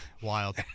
Wild